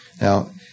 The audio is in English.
Now